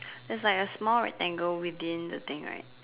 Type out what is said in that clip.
there's like a small rectangle within the thing right